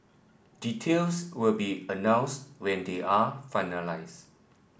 details will be announced when they are finalised